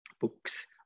books